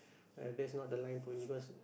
ah that's not the line for you cause